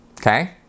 Okay